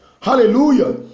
Hallelujah